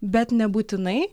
bet nebūtinai